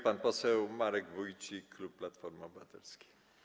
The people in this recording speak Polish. Pan poseł Marek Wójcik, klub Platformy Obywatelskiej.